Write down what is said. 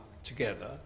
together